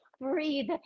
breathe